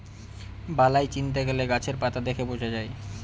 বালাই চিনতে গেলে গাছের পাতা দেখে বোঝা যায়